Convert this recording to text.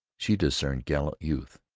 she discerned gallant youth.